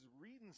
reading